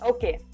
Okay